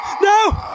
no